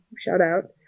shout-out